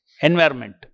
environment